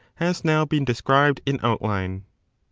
has now been described in outline.